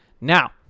Now